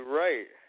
right